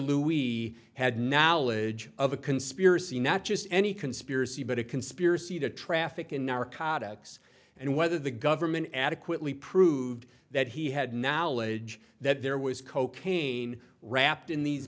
lew wee had knowledge of a conspiracy not just any conspiracy but a conspiracy to traffic in narcotics and whether the government adequately proved that he had knowledge that there was cocaine wrapped in these